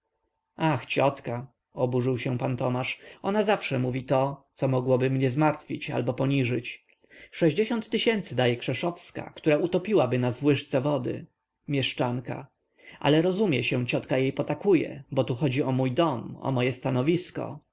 ach ciotka oburzył się pan tomasz ona zawsze mówi to co mogłoby mnie zmartwić albo poniżyć sześćdziesiąt tysięcy daje krzeszowska która utopiłaby nas w łyżce wody mieszczanka ale rozumie się ciotka jej potakuje bo tu chodzi o mój dom o moje stanowisko